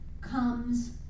comes